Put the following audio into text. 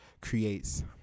creates